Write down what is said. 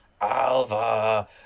Alva